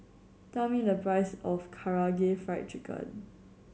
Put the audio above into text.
tell me the price of Karaage Fried Chicken